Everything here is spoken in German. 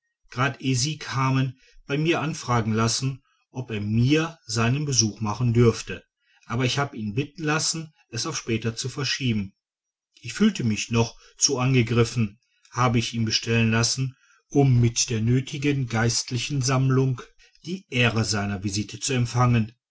gerade ehe sie kamen bei mir anfragen lassen ob er mir seinen besuch machen dürfe aber ich habe ihn bitten lassen es auf später zu verschieben ich fühlte mich noch zu angegriffen habe ich ihm bestellen lassen um mit der nötigen geistlichen sammlung die ehre seiner visite zu empfangen